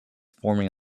forming